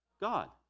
God